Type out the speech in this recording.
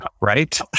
right